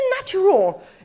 natural